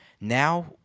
Now